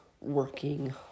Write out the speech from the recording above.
working